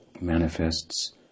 manifests